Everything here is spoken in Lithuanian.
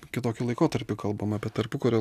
kitokį laikotarpį kalbam apie tarpukario